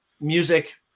music